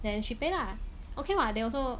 then she paid lah okay lah they also